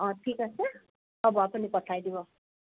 অঁ ঠিক আছে হ'ব আপুনি পঠাই দিব